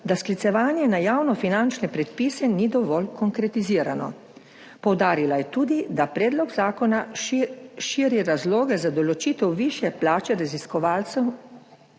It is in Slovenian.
da sklicevanje na javnofinančne predpise ni dovolj konkretizirano. Poudarila je tudi, da predlog zakona širi razloge za določitev višje plače raziskovalcem